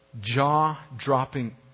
jaw-dropping